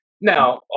Now